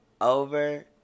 over